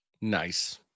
Nice